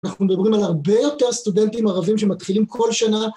אנחנו מדברים על הרבה יותר סטודנטים ערבים שמתחילים כל שנה.